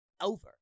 over